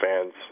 fans